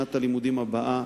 בשנת הלימודים הבאה,